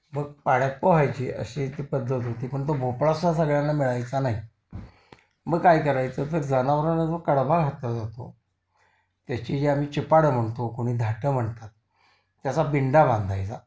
मग पाण्यात पोहायची अशी ती पद्धत होती पण तो भोपळा असा सगळ्यांना मिळायचा नाही मग काय करायचं तर जनावराना जो कडबा घातला जातो त्याची जे आम्ही चिपाडं म्हणतो कोणी धाटं म्हणतात त्याचा बिंडा बांधायचा